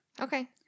Okay